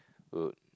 would